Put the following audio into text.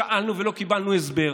שאלנו ולא קיבלנו הסבר.